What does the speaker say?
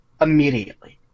immediately